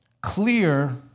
clear